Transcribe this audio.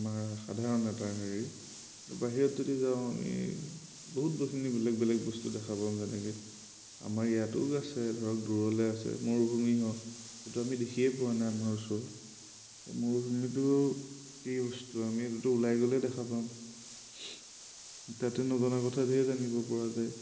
আমাৰ সাধাৰণ এটা হেৰি কিন্তু বাহিৰত যদি যাওঁ আমি বহুত বস্তু বেলেগ বেলেগ বস্তু দেখা পাওঁ যেনেকৈ আমাৰ ইয়াতো আছে ধৰক দূৰলৈ আছে মৰুভূমি হওক সেইটো আমি দেখিয়ে পোৱা নাই আমাৰ ওচৰত মৰুভূমিটো কি বস্তু আমি এইটোতো ওলাই গ'লে দেখা পাম তাতে নজনা কথা ঢেৰ জানিব পৰা যায়